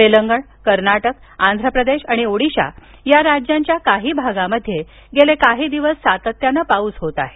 तेलंगण कर्नाटक आंध्र प्रदेश आणि ओदिशा या राज्यांच्या काही भागामध्ये गेले काही दिवस सातत्यानं पाऊस होत आहे